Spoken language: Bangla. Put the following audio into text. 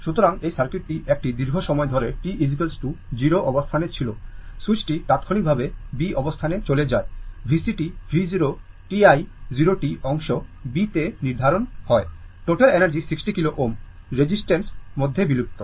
সুতরাং এই সার্কিটটি একটি দীর্ঘ সময় ধরে t 0 অবস্থান এ ছিল সুইচটি তাত্ক্ষণিকভাবে B অবস্থানে চলে যায় VCt V 0 t i 0 t অংশ B তে নির্ধারিত হয় টোটাল এনার্জি 60 kilo Ω রেজিস্টর মধ্যে বিলুপ্ত